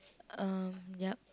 uh yup